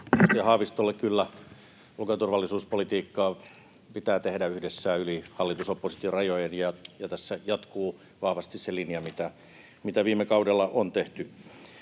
Haavistolle: kyllä, ulko‑ ja turvallisuuspolitiikkaa pitää tehdä yhdessä yli hallitus—oppositio-rajojen, ja tässä jatkuu vahvasti se linja, mitä viime kaudella on tehty.